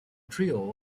trio